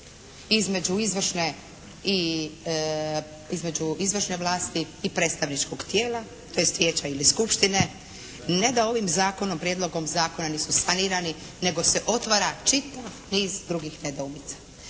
između izvršne i predstavničkog tijela …/Govornica se ne razumije./… ili skupštine ne da ovim Zakonom, Prijedlogom zakona nisu sanirani, nego se otvara čitav niz drugih nedoumica,